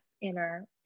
inner